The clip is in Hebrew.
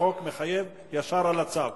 החוק מחייב ישר על הצו.